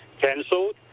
cancelled